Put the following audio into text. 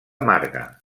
marga